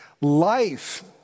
Life